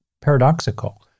paradoxical